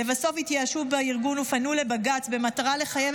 לבסוף התייאשו בארגון ופנו לבג"ץ במטרה לחייב